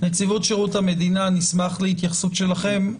נציבות שירות המדינה, נשמח להתייחסות שלכם.